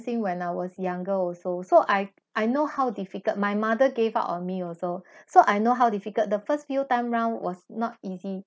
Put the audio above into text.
~ing when I was younger also so I I know how difficult my mother gave up on me also so I know how difficult the first few time round was not easy